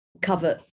cover